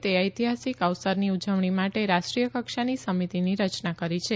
તે ઐતિહાસીક અવસરની ઉજવણી માટે રાષ્ટ્રીય કક્ષાની સમિતિની રચના કરી છે